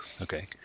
Okay